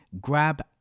grab